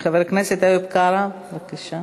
חבר הכנסת איוב קרא, בבקשה.